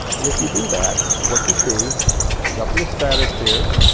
and if you do that, what you see is up in the stratosphere,